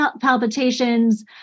palpitations